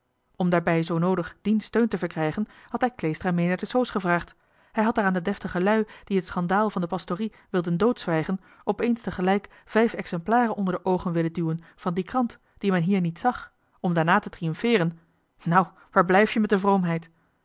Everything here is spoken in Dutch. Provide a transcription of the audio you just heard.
om daarbij zoo noodig zijn steun te verkrijgen had hij kleestra mee naar de soos gevraagd hij had er aan die deftige lui die het schandaal van de pastorie wilden doodzwijgen opeens tegelijk vijf exemplaren onder de oogen willen duwen van die krant die men hier niet zag en dan willen triumfeeren nou waar blijf je nou met de